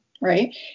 Right